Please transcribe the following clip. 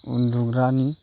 उन्दुग्रानि